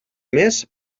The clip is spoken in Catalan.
més